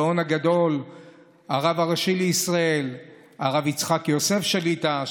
הגאון הגדול הרב הראשי לישראל הרב יצחק יוסף שליט"א,